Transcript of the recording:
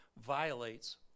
violates